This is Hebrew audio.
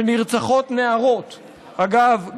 שנרצחות נערות אגב,